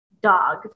dog